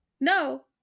No